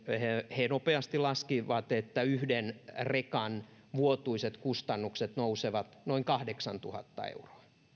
he nopeasti laskivat että yhden rekan vuotuiset kustannukset nousevat noin kahdeksantuhatta euroa